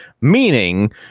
Meaning